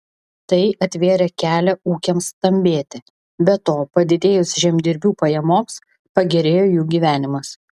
tai atvėrė kelią ūkiams stambėti be to padidėjus žemdirbių pajamoms pagerėjo jų gyvenimas